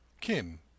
Kim